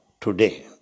today